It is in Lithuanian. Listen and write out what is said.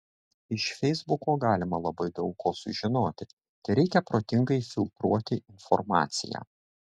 iš feisbuko galima labai daug ko sužinoti tereikia protingai filtruoti informaciją